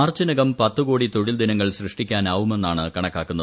മാർച്ചിനകം പത്തു കോടി തൊഴിൽ ദിനങ്ങൾ സൃഷ്ടിക്കാനാവുമെന്നാണ് കണക്കാക്കുന്നത്